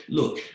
look